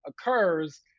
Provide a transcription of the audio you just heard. occurs